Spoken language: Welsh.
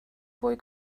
fwy